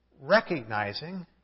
Recognizing